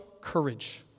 courage